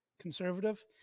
conservative